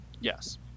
Yes